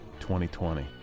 2020